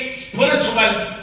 spirituals